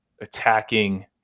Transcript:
attacking